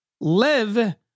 live